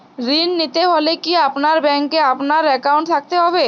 ঋণ নিতে হলে কি আপনার ব্যাংক এ আমার অ্যাকাউন্ট থাকতে হবে?